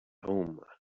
home